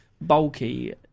bulky